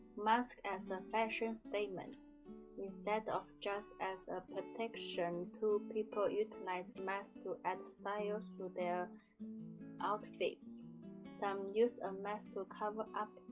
mask as a fashion statement instead of just as a protection tool, people utilize masks to add style to their outfits some used a mask to cover-up,